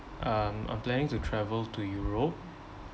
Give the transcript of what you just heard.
um I'm planning to travel to europe